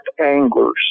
anglers